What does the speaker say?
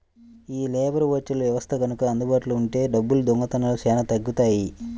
యీ లేబర్ ఓచర్ల వ్యవస్థ గనక అందుబాటులో ఉంటే డబ్బుల దొంగతనాలు చానా తగ్గుతియ్యి